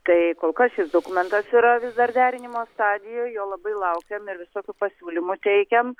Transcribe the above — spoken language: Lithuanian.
tai kol kas šis dokumentas yra vis dar derinimo stadijoj jo labai laukiam ir visokių pasiūlymų teikiam